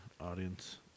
audience